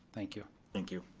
thank you. thank you.